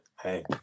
Hey